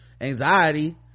anxiety